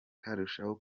karushaho